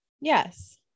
Yes